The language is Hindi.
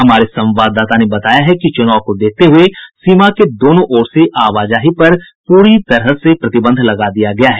हमारे संवाददाता ने बताया है कि चुनाव को देखते हुए सीमा के दोनों ओर से आवाजाही पर पूरी तरह से प्रतिबंध लगा दिया गया है